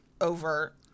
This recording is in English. over